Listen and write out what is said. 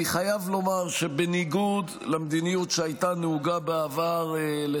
אני חייב לומר שבניגוד למדיניות שהייתה נהוגה בעבר במשרדי,